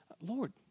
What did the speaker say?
Lord